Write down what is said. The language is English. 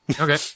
Okay